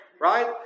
Right